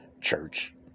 church